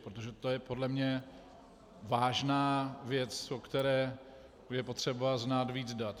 Protože to je podle mě vážná věc, o které je potřeba znát víc dat.